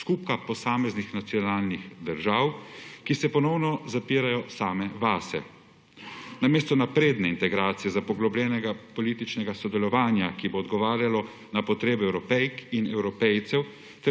skupka posameznih nacionalnih držav, ki se ponovno zapirajo same vase. Namesto napredne integracije za poglobljeno politično sodelovanje, ki bo odgovarjalo na potrebe Evropejk in Evropejcev